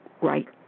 right